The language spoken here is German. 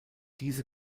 diese